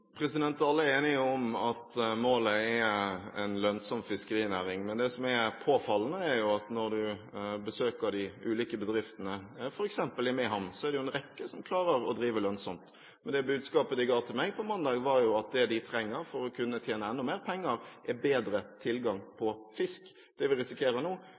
Alle er enige om at målet er en lønnsom fiskerinæring, men det påfallende er at når du besøker de ulike bedriftene, f.eks. i Mehamn, er det jo en rekke som klarer å drive lønnsomt. Men det budskapet de ga til meg på mandag, var at det de trenger for å kunne tjene enda mer penger, er bedre tilgang på fisk. Det vi nå